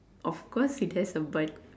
of course it has a butt